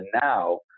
now